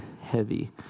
heavy